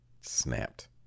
Snapped